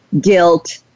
guilt